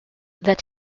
that